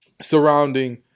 surrounding